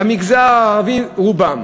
במגזר הערבי רובם,